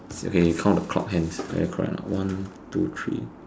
okay you count the clock hands whether correct or not one two three